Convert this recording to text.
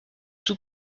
tout